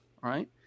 right